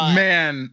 man